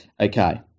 Okay